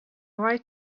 right